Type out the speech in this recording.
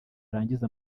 arangize